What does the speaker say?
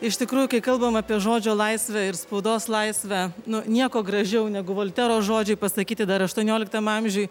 iš tikrųjų kalbam apie žodžio laisvę ir spaudos laisvę nu nieko gražiau negu voltero žodžiai pasakyti dar aštuonioliktam amžiuj